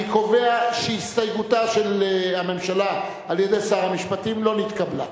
אני קובע שהסתייגותה של הממשלה על-ידי שר המשפטים לא נתקבלה.